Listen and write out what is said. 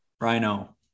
rhino